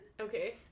Okay